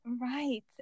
Right